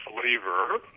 flavor